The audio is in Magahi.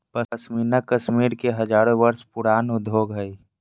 पश्मीना कश्मीर के हजारो वर्ष पुराण उद्योग हइ